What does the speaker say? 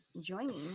joining